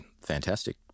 fantastic